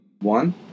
One